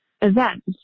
events